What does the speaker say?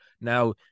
Now